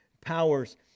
powers